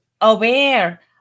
aware